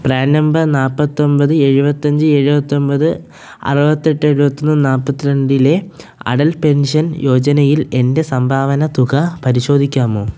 PRAN number നാൽപ്പത്തൊമ്പത് എഴുപത്തഞ്ച് എഴുപത്തൊമ്പത് അറുപത്തെട്ട് എഴുപത്തൊന്ന് നാൽപ്പത്തിരണ്ടിലെ അടൽ പെൻഷൻ യോജനയിൽ എൻ്റെ സംഭാവന തുക പരിശോധിക്കാമോ